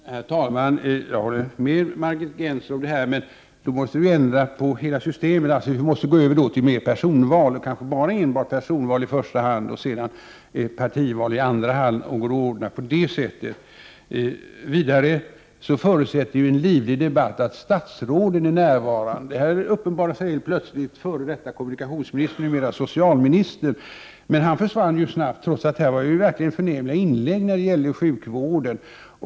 Herr talman! Jag håller med Margit Gennser om det, men då måste vi ändra på hela systemet och gå över till personval i första hand och partival i andra hand, om det går att ordna på det sättet. En livlig debatt förutsätter ju vidare att statsråden är närvarande. Här uppenbarade sig helt plötsligt f.d. kommunikationsministern, numera socialministern, men han försvann snabbt, trots de förnämliga inläggen om sjukvården.